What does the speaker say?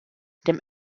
dem